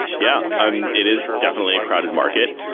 yeah, and it is definitely a crowded market.